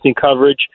coverage